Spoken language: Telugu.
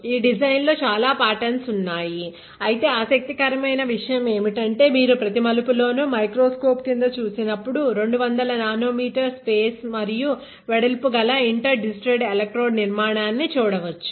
ఈ డిజైన్ లో చాలా పాటర్న్స్ ఉన్నాయిఅయితే ఆసక్తికరమైన విషయం ఏమిటంటే మీరు ప్రతి మలుపులోనూ మైక్రోస్కోప్ క్రింద చూసినప్పుడు 200 నానో మీటర్ స్పేస్ మరియు వెడల్పు గల ఇంటర్ డిజిటెడ్ ఎలక్ట్రోడ్ నిర్మాణాన్ని చూడవచ్చు